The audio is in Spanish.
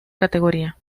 categoría